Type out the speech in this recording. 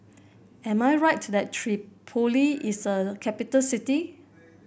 am I right that Tripoli is a capital city